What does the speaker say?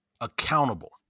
accountable